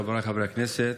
חבריי חברי הכנסת,